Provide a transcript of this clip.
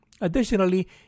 Additionally